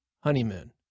honeymoon